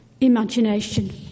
imagination